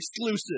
exclusive